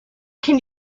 can